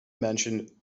mentioned